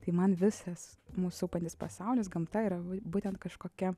tai man visas mus supantis pasaulis gamta yra būtent kažkokia